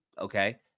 Okay